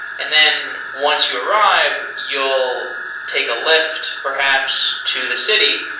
and then once you arrive, you'll take a lyft perhaps to the city,